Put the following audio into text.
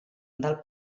del